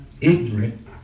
ignorant